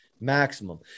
maximum